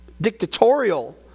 dictatorial